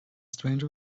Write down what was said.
stranger